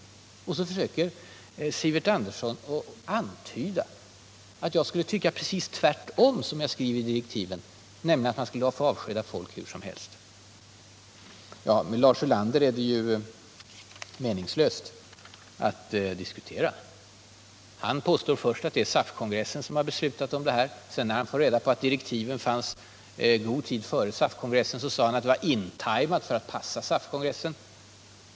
Trots detta försöker Sivert Andersson att antyda att jag tycker precis tvärtom, nämligen att man skall kunna avskeda folk hur som helst. 179 Med Lars Ulander är det meningslöst att diskutera. Han påstår först att det är SAF-kongressen som beslutat om det här. När han sedan får reda på att direktiven fanns i god tid före SAF-kongressen sade han att de var ”tajmade” för att passa SAF-kongressen.